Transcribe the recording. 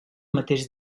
mateix